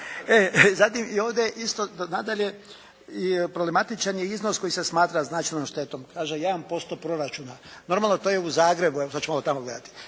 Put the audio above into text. Zatim, i ovdje isto nadalje problematičan je iznos koji se smatra značajnom štetom. Kaže jedan posto proračuna. Normalno to je u Zagrebu. Evo, sad ćemo malo tamo gledati.